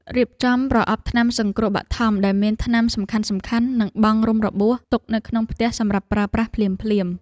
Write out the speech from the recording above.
រៀបចំប្រអប់ថ្នាំសង្គ្រោះបឋមដែលមានថ្នាំសំខាន់ៗនិងបង់រុំរបួសទុកនៅក្នុងផ្ទះសម្រាប់ប្រើប្រាស់ភ្លាមៗ។